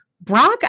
Brock